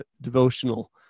devotional